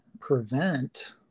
prevent